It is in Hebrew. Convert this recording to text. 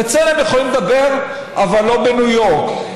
בצלם יכולים לדבר, אבל לא בניו יורק.